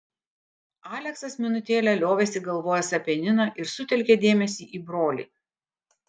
aleksas minutėlę liovėsi galvojęs apie niną ir sutelkė dėmesį į brolį